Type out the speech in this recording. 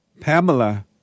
Pamela